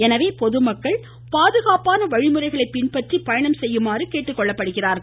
எனவே பொதுமக்கள் பாதுகாப்பான வழிமுறைகளை பின்பற்றி பயணம் செய்யுமாறு கேட்டுக்கொள்ளப்படுகிறார்கள்